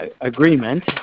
agreement